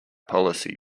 policy